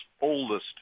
oldest